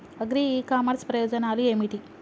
Agri e commerce ప్రయోజనాలు ఏమిటి?